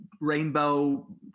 rainbow